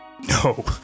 No